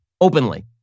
Openly